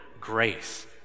grace